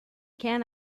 can